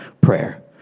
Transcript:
prayer